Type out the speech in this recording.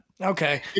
Okay